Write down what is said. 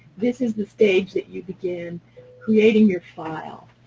this is the stage that you begin creating your file.